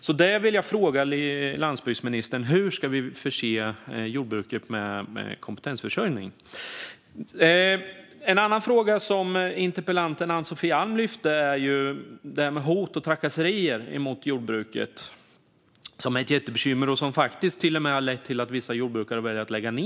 Därför vill jag fråga landsbygdsministern: Hur ska vi tillgodose jordbrukets behov av kompetensförsörjning? En annan fråga som interpellanten Ann-Sofie Alm lyfte gäller hot och trakasserier mot jordbruket. Det är ett jättebekymmer och har faktiskt till och med lett till att vissa jordbrukare har valt att lägga ned.